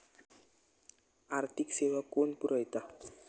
आर्थिक सेवा कोण पुरयता?